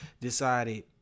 decided